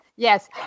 Yes